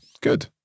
good